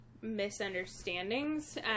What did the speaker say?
misunderstandings